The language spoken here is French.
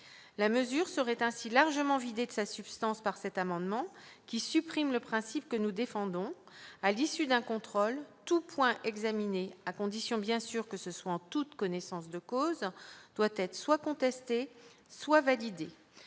la mesure serait ainsi largement vidée de sa substance par cet amendement qui supprime le principe que nous défendons, à l'issue d'un contrôle tous points examinés à condition bien sûr que ce soit en toute connaissance de cause doit être soit contestée soit validé